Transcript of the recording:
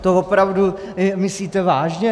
To opravdu myslíte vážně?